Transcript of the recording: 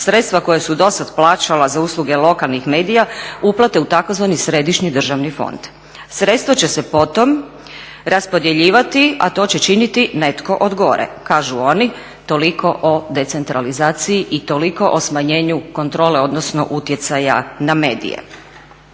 sredstva koja su do sada plaćala za usluge lokalnih medija uplate u tzv. središnji državni fond. Sredstva će se potom raspodjeljivati, a to će činiti netko od gore. Kažu oni, toliko o decentralizaciji i toliko o smanjenju kontrole, odnosno utjecaja na medije.